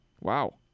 Wow